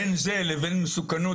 בין זה לבין מסוכנות,